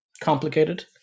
complicated